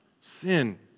Sin